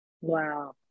Wow